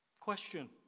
Question